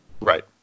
Right